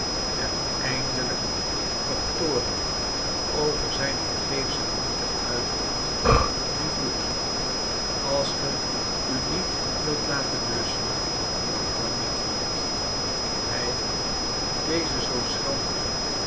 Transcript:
en eindelijk vertoornd over zijn vergeefsche moeite uitroept nu goed als ge u niet wilt laten blusschen brand dan maar voort hij deze zoo schrandere